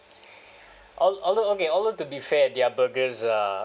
al~ although okay although to be fair their burgers uh